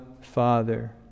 Father